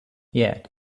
yet